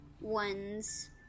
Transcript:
ones